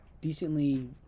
decently